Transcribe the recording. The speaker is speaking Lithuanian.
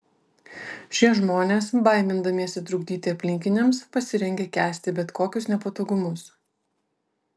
šie žmonės baimindamiesi trukdyti aplinkiniams pasirengę kęsti bet kokius nepatogumus